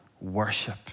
worship